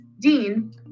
dean